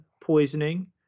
poisoning